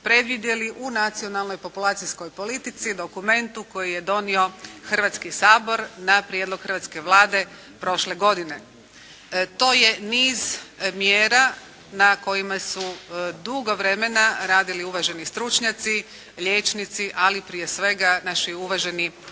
predvidjeli u nacionalnoj populacijskoj politici dokument u koji je donio Hrvatski sabor na prijedlog hrvatske Vlade prošle godine. To je niz mjera na kojima su dugo vremena radili uvaženi stručnjaci, liječnici, ali prije svega naši uvaženi